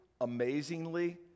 amazingly